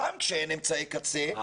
שם כשאין אמצעי קצה,